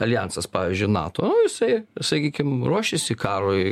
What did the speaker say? aljansas pavyzdžiui nato jisai sakykim ruošiasi karui